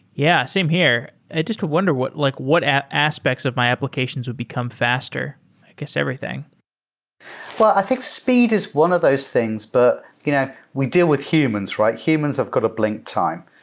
yeah, same here. i just wonder what like what aspects of my applications would become faster. i guess everything well, i think speed is one of those things, but you know we deal with humans, right? humans have got a blink time.